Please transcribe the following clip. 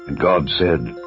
and god said,